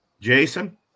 Jason